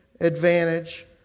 advantage